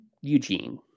Eugene